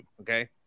okay